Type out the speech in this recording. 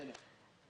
בסדר.